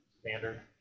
Standard